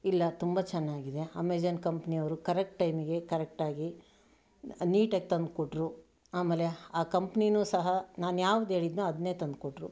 ಇಲ್ಲ ತುಂಬ ಚೆನ್ನಾಗಿದೆ ಅಮೆಜಾನ್ ಕಂಪ್ನಿಯವರು ಕರೆಕ್ಟ್ ಟೈಮ್ಗೆ ಕರೆಕ್ಟಾಗಿ ನೀಟಾಗಿ ತಂದ್ಕೊಟ್ರು ಆಮೇಲೆ ಆ ಕಂಪ್ನಿಯೂ ಸಹ ನಾನು ಯಾವ್ದೇಳಿದ್ನೋ ಅದನ್ನೇ ತಂದ್ಕೊಟ್ರು